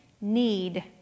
need